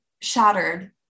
shattered